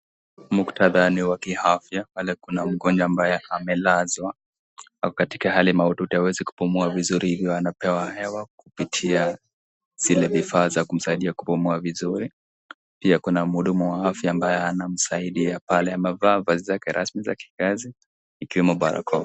Muktadha ni wa kiafya, pale kuna mgonjwa ambaye amelazwa, ako katika hali mahututi hawezi kupumua vizuri hivyo anapewa hewa kupitia zile vifaa za kumsaidia kupumua vizuri, pia kuna mhudumu wa afya ambaye anamsaidia pale amevaa vazi zake rasmi za kikazi ikiwemo barakoa.